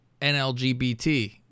NLGBT